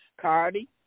Cardi